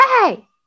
hey